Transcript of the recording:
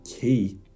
key